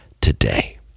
today